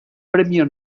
premio